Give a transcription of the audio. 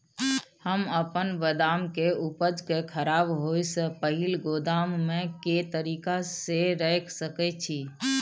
हम अपन बदाम के उपज के खराब होय से पहिल गोदाम में के तरीका से रैख सके छी?